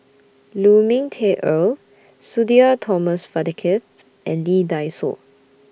Lu Ming Teh Earl Sudhir Thomas Vadaketh and Lee Dai Soh